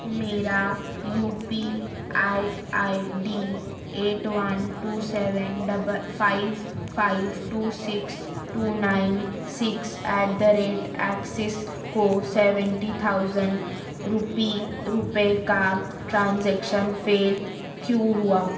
میرا U P I I D eight one two seven double five five two six two nine six at the rate Axis کو seventy thousand rupee روپئے کا transaction fail کیوں ہوا